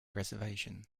reservation